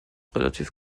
relativ